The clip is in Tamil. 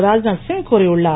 ராத்நாத் சிங் கூறியுள்ளார்